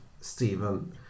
Stephen